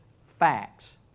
facts